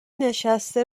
نشسته